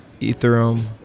Ethereum